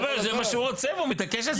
זה מה שהוא רוצה, הוא מתעקש על זה.